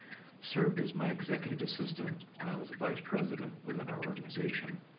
served as my executive assistant when i was a vice president within our organization.